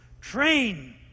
train